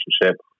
relationship